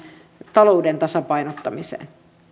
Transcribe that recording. talouden tasapainottamiseen